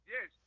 Yes